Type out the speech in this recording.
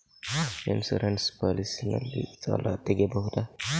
Insurance policy ನಲ್ಲಿ ಸಾಲ ತೆಗೆಯಬಹುದ?